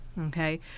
Okay